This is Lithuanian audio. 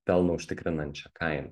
pelno užtikrinančią kainą